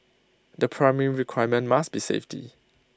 the primary requirement must be safety